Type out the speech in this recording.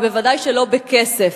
ובוודאי לא בכסף.